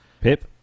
Pip